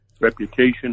reputation